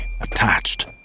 attached